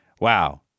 Wow